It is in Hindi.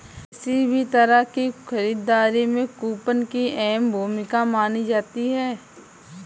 किसी भी तरह की खरीददारी में कूपन की अहम भूमिका मानी जाती है